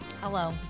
Hello